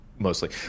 mostly